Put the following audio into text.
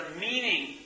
meaning